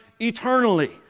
eternally